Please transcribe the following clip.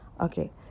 Okay